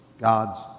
God's